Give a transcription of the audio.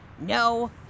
No